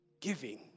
giving